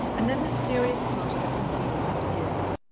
and then the serious part of the proceedings begins.